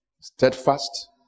steadfast